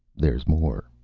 there's more.